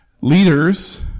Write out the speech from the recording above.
Leaders